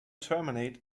terminate